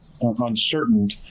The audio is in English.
uncertain